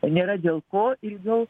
nėra dėl ko ilgiau